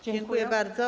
Dziękuję bardzo.